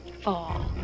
fall